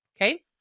okay